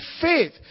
faith